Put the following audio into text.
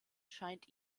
scheint